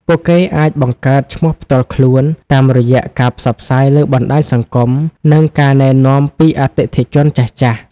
ពួកគេអាចបង្កើតឈ្មោះផ្ទាល់ខ្លួន តាមរយៈការផ្សព្វផ្សាយលើបណ្តាញសង្គម និងការណែនាំពីអតិថិជនចាស់ៗ។